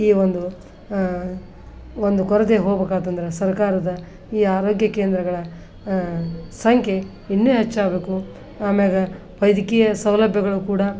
ಈ ಒಂದು ಒಂದು ಕೊರತೆ ಹೋಗ್ಬೇಕಾತಂದ್ರ ಸರ್ಕಾರದ ಈ ಆರೋಗ್ಯ ಕೇಂದ್ರಗಳ ಸಂಖ್ಯೆ ಇನ್ನೂ ಹೆಚ್ಚಾಗ್ಬೇಕು ಆಮೇಲ ವೈದ್ಯಕೀಯ ಸೌಲಭ್ಯಗಳು ಕೂಡ